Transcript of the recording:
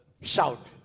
Shout